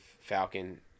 Falcon